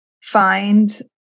find